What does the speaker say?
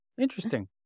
Interesting